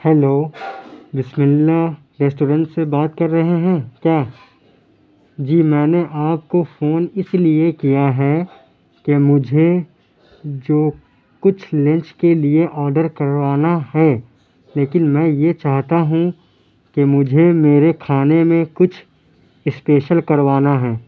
hello Bismillah restaurant سے بات کر رہے ہیں کیا جی میں نے آپ کو فون اس لیے کیا ہے کہ مجھے جو کچھ لنچ کے لیے آڈر کروانا ہے لیکن میں یہ چاہتا ہوں کہ مجھے میرے کھانے میں کچھ اسپیشل کروانا ہے